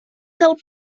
del